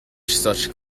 such